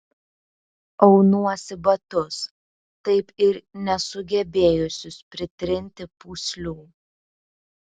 aunuosi batus taip ir nesugebėjusius pritrinti pūslių